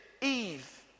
Eve